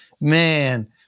Man